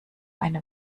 eine